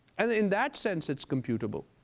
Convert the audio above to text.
and in that sense it's computable,